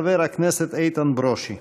חבר הכנסת איתן ברושי.